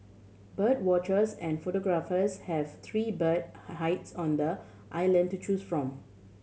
bird watchers and photographers have three bird high hides on the island to choose from